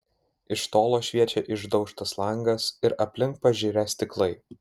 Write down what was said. iš tolo šviečia išdaužtas langas ir aplink pažirę stiklai